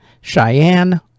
Cheyenne